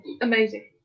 Amazing